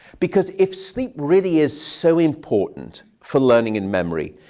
because if sleep really is so important for learning and memory,